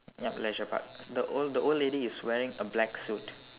yup leisure park the old the old lady is wearing a black suit